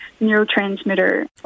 neurotransmitter